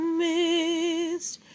mist